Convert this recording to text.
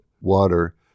water